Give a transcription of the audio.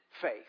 faith